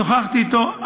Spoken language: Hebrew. שוחחתי איתו,